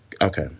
Okay